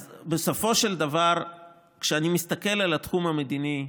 אז בסופו של דבר, כשאני מסתכל על התחום המדיני,